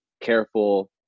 careful